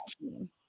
team